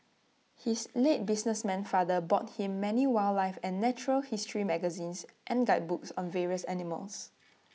his late businessman father bought him many wildlife and natural history magazines and guidebooks on various animals